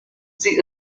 sie